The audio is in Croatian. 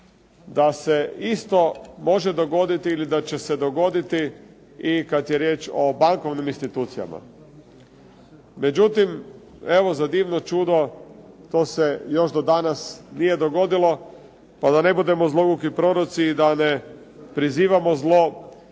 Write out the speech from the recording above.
da se isto može dogoditi ili da će se dogoditi i kad je riječ o bankovnim institucijama. Međutim, evo za divno čudo to se još do danas nije dogodilo, pa da ne budemo zlouki proroci i da ne prizivamo zlo vjerujem